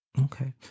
Okay